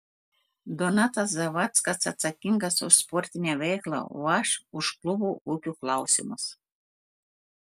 donatas zavackas atsakingas už sportinę veiklą o aš už klubo ūkio klausimus